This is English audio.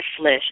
flesh